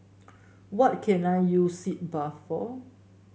what can I use Sitz Bath for